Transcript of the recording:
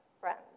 friends